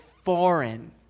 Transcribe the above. foreign